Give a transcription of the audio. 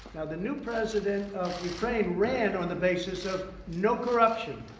the new president of ukraine ran on the basis of no corruption.